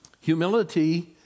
Humility